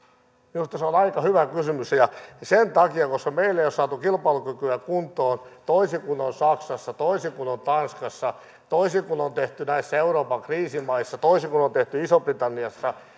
minusta se on aika hyvä kysymys ja ja koska meillä ei ole saatu kilpailukykyä kuntoon toisin kuin on saksassa toisin kuin on tanskassa toisin kuin on tehty näissä euroopan kriisimaissa toisin kuin on on tehty isossa britanniassa